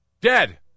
dead